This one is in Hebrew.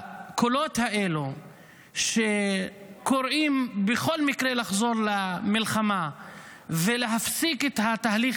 הקולות האלה שקוראים לחזור למלחמה בכל מקרה ולהפסיק את התהליך